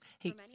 Hey